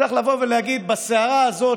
צריך לבוא ולהגיד שבסערה הזאת,